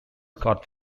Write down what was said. cut